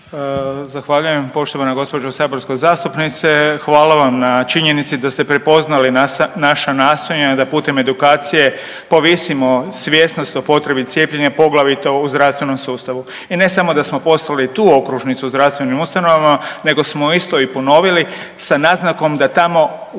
Zahvaljujem. Poštovana gđo. saborska zastupnice hvala vam na činjenici da ste prepoznali naša nastojanja da putem edukacije povisimo svjesnost o potrebi cijepljenja, poglavito u zdravstvenom sustavu. I ne samo da smo poslali tu okružnicu zdravstvenim ustanovama nego smo isto i ponovili sa naznakom da tamo u onim